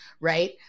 right